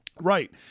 Right